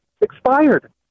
expired